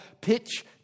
pitch